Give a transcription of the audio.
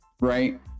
right